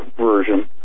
version